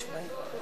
זה קשור לסטאז'?